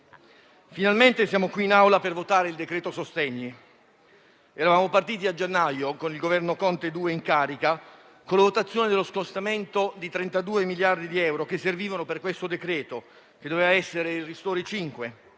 finalmente siamo qui in Aula per votare il decreto sostegni. Eravamo partiti a gennaio, con il Governo Conte due in carica, con la votazione dello scostamento di 32 miliardi di euro, che servivano per questo decreto-legge, che avrebbe dovuto essere il ristori